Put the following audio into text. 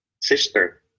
sister